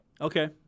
Okay